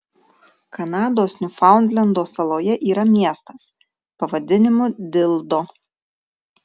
kanados niufaundlendo saloje yra miestas pavadinimu dildo